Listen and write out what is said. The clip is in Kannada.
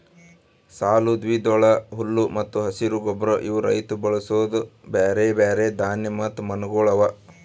ಸಾಲು, ದ್ವಿದಳ, ಹುಲ್ಲು ಮತ್ತ ಹಸಿರು ಗೊಬ್ಬರ ಇವು ರೈತ ಬಳಸೂ ಬ್ಯಾರೆ ಬ್ಯಾರೆ ಧಾನ್ಯ ಮತ್ತ ಮಣ್ಣಗೊಳ್ ಅವಾ